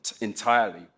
entirely